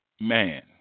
man